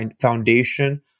foundation